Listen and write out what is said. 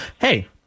Hey